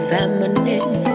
Feminine